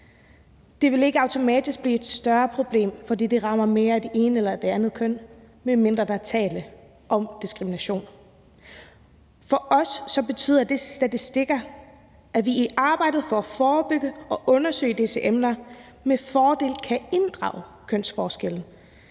Det vil ikke automatisk blive et større problem, fordi det rammer det ene eller det andet køn mere, medmindre der er tale om diskrimination. For os betyder de statistikker, at vi i arbejdet for at forebygge og undersøge disse emner med fordel kan inddrage kønsforskelle